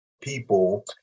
people